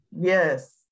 Yes